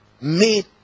made